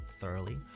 thoroughly